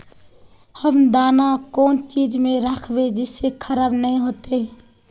हम दाना कौन चीज में राखबे जिससे खराब नय होते?